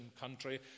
country